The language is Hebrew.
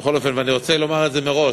ואני רוצה לומר את זה מראש,